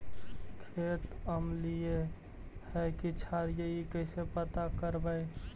खेत अमलिए है कि क्षारिए इ कैसे पता करबै?